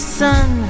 sun